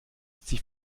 sie